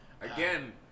Again